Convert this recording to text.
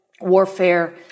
warfare